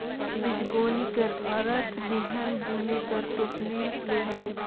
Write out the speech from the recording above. बीजगोनी कर अरथ बीहन बुने कर टोपली ले हवे